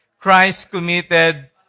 Christ-committed